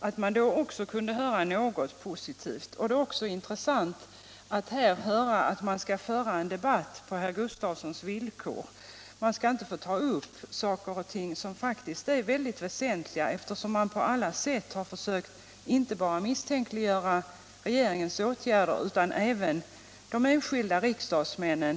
Det är intressant att här höra att vi skall föra en debatt på herr Gus sysselsättningen i Blekinge sysselsättningen i Blekinge tafsson villkor. Vi skall inte få ta upp saker och ting som faktiskt är väldigt väsentliga. Man har på alla sätt försökt misstänkliggöra inte bara regeringens åtgärder utan även de enskilda riksdagsmännen.